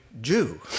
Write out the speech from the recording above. Jew